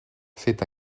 fait